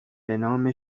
بنام